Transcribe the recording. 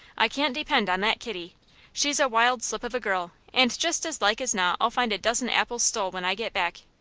i can't depend on that kitty she's a wild slip of a girl, and just as like as not i'll find a dozen apples stole when i get back.